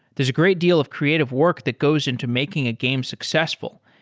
there's a great deal of creative work that goes into making a game successful,